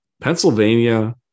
Pennsylvania